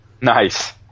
Nice